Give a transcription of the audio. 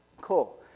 Cool